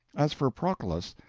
as for proculus,